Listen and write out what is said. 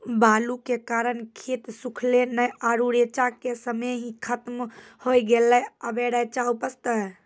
बालू के कारण खेत सुखले नेय आरु रेचा के समय ही खत्म होय गेलै, अबे रेचा उपजते?